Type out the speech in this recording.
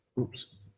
oops